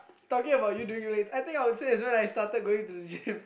talking about you doing weights I think I would say it's when I started going to gym